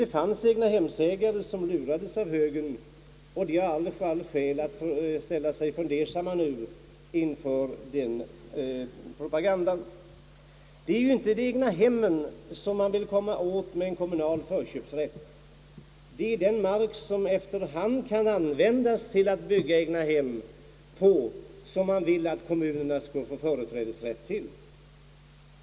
Det fanns egnahemsägare som lurades av högern, men de har nu alla skäl att ställa sig fundersamma inför den propagandan. Det är ju inte egnahemmen man vill komma åt med en kommunal förköpsrätt. Vad man vill att kommunerna skall få företrädesrätt till är i stället den mark som efter hand kan användas till att bygga egnahem på.